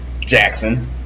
Jackson